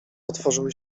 otworzyły